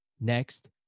Next